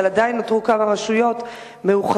אבל עדיין נותרו כמה רשויות מאוחדות,